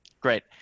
Great